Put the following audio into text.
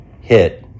hit